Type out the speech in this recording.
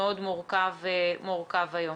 מאוד מורכב היום.